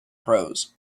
prose